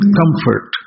comfort